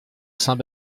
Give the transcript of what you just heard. saint